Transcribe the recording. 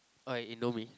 orh indomie